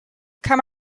come